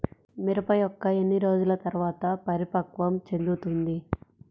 మిరప మొక్క ఎన్ని రోజుల తర్వాత పరిపక్వం చెందుతుంది?